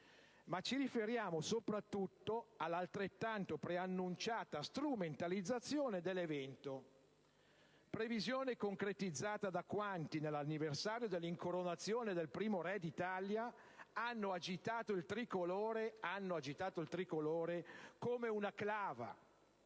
ma ci riferiamo soprattutto all'altrettanto preannunciata strumentalizzazione dell'evento, previsione concretizzata da quanti, nell'anniversario dell'incoronazione del primo Re d'Italia, hanno agitato il Tricolore come una clava,